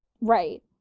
right